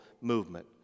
movement